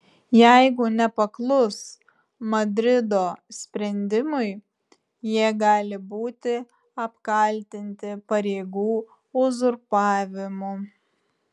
jeigu nepaklus madrido sprendimui jie gali būti apkaltinti pareigų uzurpavimu